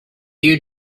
you